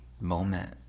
moment